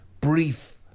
brief